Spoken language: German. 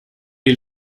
die